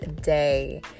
day